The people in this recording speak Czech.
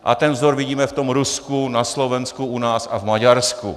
A ten vzor vidíme v tom Rusku, na Slovensku, u nás a v Maďarsku.